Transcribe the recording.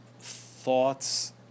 thoughts